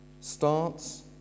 starts